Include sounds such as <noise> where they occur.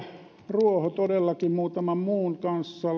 ruoho todellakin muutaman muun kanssa <unintelligible>